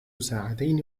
ساعتين